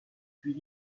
puis